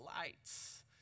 lights